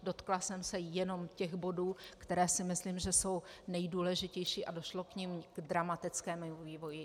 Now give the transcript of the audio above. Dotkla jsem se jenom těch bodů, které si myslím, že jsou nejdůležitější a došlo v nich k dramatickému vývoji.